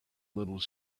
little